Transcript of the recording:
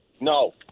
No